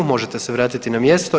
Možete se vratiti na mjesto.